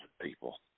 people